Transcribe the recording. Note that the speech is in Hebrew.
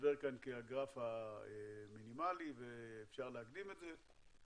יסתבר כאן כגרף המינימלי ואפשר להקדים את זה,